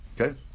Okay